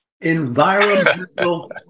environmental